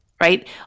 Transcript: right